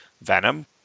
Venom